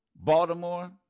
Baltimore